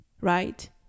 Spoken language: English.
right